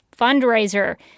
fundraiser